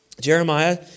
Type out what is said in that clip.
Jeremiah